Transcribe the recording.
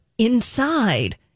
Inside